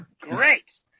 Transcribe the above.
Great